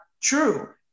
true